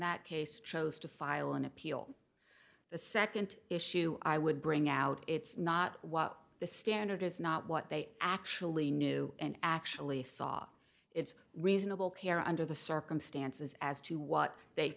that case chose to file an appeal the second issue i would bring out it's not what the standard is not what they actually knew and actually saw it's reasonable care under the circumstances as to what they